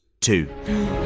Two